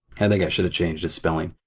and think i should've changed the spelling.